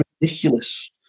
ridiculous